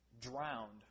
drowned